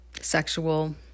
sexual